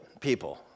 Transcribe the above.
people